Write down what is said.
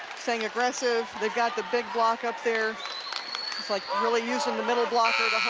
staying aggressive they've got the big block up there it's like really using the middle blocker.